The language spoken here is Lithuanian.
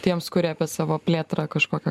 tiems kurie apie savo plėtrą kažkokią